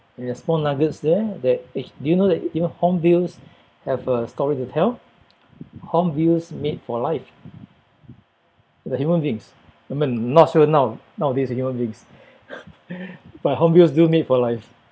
in a small nuggets there that uh do you know that even hornbills have a story to tell hornbills mate for life like human beings I mean not sure now~ nowadays the human beings but hornbills do mate for life